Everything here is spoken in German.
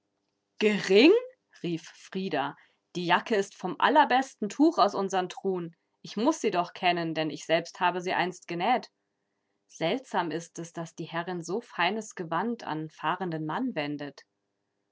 gering rief frida die jacke ist vom allerbesten tuch aus unseren truhen ich muß sie doch kennen denn ich selbst habe sie einst genäht seltsam ist es daß die herrin so feines gewand an fahrenden mann wendet